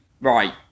right